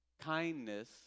kindness